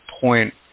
point